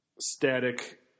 static